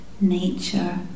nature